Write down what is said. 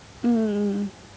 mm